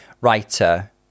writer